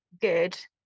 good